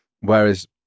Whereas